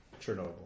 Chernobyl